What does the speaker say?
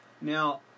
Now